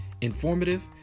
informative